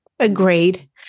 Agreed